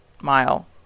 mile